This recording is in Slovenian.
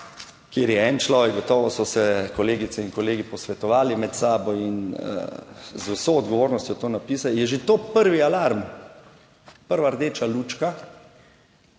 kjer je en človek, gotovo so se kolegice in kolegi posvetovali med sabo in z vso odgovornostjo to napisal, je že to prvi alarm, prva rdeča lučka,